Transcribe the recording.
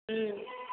उँ